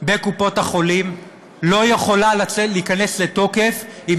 בקופות-החולים לא יכולה להיכנס לתוקף אם